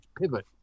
pivot